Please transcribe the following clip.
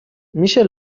میشه